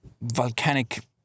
volcanic